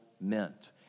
meant